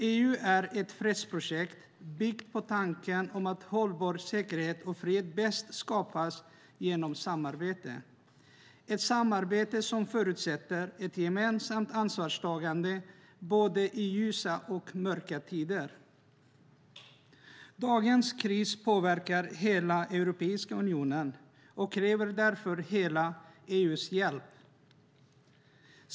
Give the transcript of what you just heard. EU är ett fredsprojekt byggt på tanken att hållbar säkerhet och fred bäst skapas genom samarbete. Det är ett samarbete som förutsätter ett gemensamt ansvarstagande i både ljusa och mörka tider. Dagens kris påverkar hela Europeiska unionen och kräver därför hela EU:s hjälp.